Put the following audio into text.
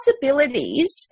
possibilities